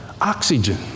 oxygen